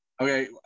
Okay